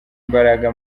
imbaraga